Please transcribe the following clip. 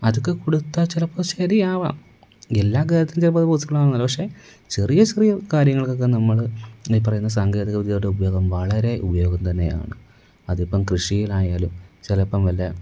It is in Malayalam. അതൊക്കെ കൊടുത്താൽ ചിലപ്പോൾ ശരിയാവാം എല്ലാ കാര്യത്തിലും ചിലപ്പോൾ അത് പോസിബിൾ ആവണമെന്നില്ല പക്ഷെ ചെറിയ ചെറിയ കാര്യങ്ങൾക്കൊക്കെ നമ്മൾ ഈ പറയുന്ന സാങ്കേതികവിദ്യയുടെ ഉപയോഗം വളരെ ഉപയോഗം തന്നെയാണ് അതിപ്പം കൃഷിയിലായാലും ചിലപ്പം വല്ല